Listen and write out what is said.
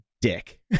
dick